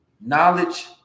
Knowledge